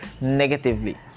negatively